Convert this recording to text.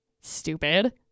Stupid